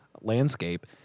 landscape